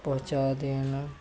ਪਹੁੰਚਾ ਦੇਣ